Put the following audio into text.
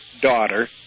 daughter